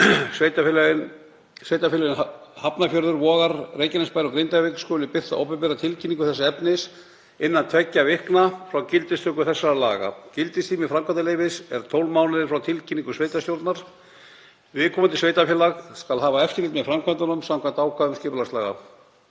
Sveitarfélögin Hafnarfjörður, Vogar, Reykjanesbær og Grindavík skulu birta opinbera tilkynningu þessa efnis innan tveggja vikna frá gildistöku laga þessara. Gildistími framkvæmdaleyfis er 12 mánuðir frá tilkynningu sveitarstjórnar. Viðkomandi sveitarfélag skal hafa eftirlit með framkvæmdunum samkvæmt ákvæðum skipulagslaga.